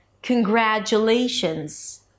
Congratulations